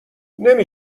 نمی